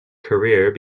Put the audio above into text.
career